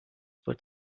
but